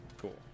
Cool